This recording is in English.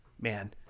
man